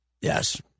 Yes